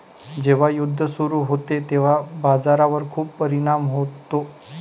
जेव्हा युद्ध सुरू होते तेव्हा बाजारावर खूप परिणाम होतो